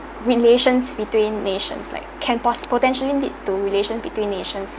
relations between nations like can pos~ potentially lead to relations between nations